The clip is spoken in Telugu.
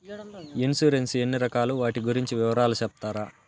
ఇన్సూరెన్సు ఎన్ని రకాలు వాటి గురించి వివరాలు సెప్తారా?